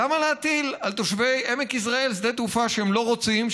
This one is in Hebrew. למה להטיל על תושבי עמק יזרעאל שדה תעופה שהם לא רוצים,